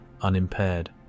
unimpaired